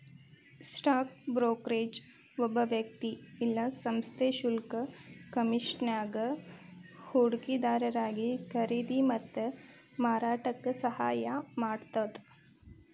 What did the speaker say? stock brokerage ಒಬ್ಬ ವ್ಯಕ್ತಿ ಇಲ್ಲಾ ಸಂಸ್ಥೆ ಶುಲ್ಕ ಕಮಿಷನ್ಗಾಗಿ ಹೂಡಿಕೆದಾರಿಗಿ ಖರೇದಿ ಮತ್ತ ಮಾರಾಟಕ್ಕ ಸಹಾಯ ಮಾಡತ್ತ